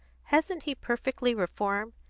hasn't he perfectly reformed?